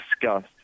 discussed